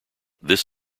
this